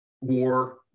war